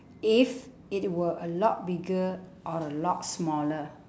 if it were a lot bigger or a lot smaller